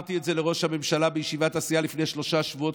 אמרתי את זה לראש הממשלה בישיבת הסיעה לפני שלושה שבועות,